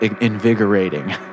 invigorating